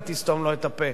אתה תסתום לו את הפה.